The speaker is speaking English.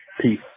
Peace